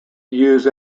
used